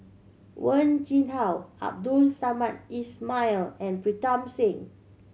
Wen Jinhua Abdul Samad Ismail and Pritam Singh